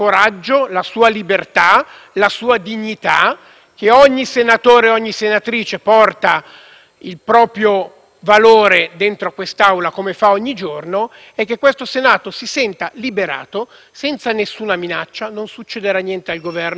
il proprio valore dentro questa Aula - come fa ogni giorno - e che questo Senato si sentisse liberato e senza nessuna minaccia. Non succederà niente al Governo; non succederà niente alla maggioranza e non succederà niente neanche al cittadino cui permetteremo di fare